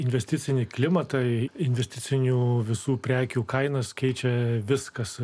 investicinį klimatą investicinių visų prekių kainos keičia viskas